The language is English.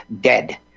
dead